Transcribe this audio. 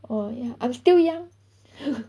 oh I'm still young